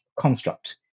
construct